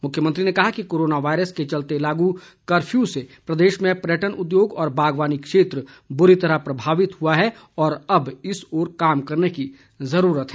मुख्यमंत्री ने कहा कि कोरोना वायरस के चलते लागू कफ्यू से प्रदेश में पर्यटन उद्योग और बागवानी क्षेत्र बुरी तरह से प्रभावित हुआ है और अब इस ओर कार्य करने की जरूरत है